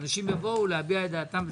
אנשים יבואו להביע את דעתם,